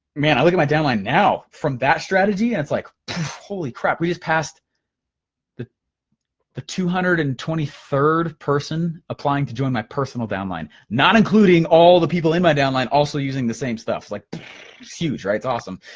man i look at my downline now from that strategy, and it's like holy crap, we just passed the the two hundred and twenty third person applying to join my personal downline. not including all the people in my downline also using the same stuff, like huge. right, it's awesome.